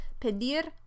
pedir